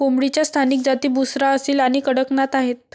कोंबडीच्या स्थानिक जाती बुसरा, असील आणि कडकनाथ आहेत